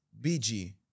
BG